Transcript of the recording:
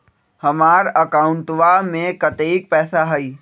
हमार अकाउंटवा में कतेइक पैसा हई?